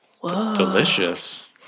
Delicious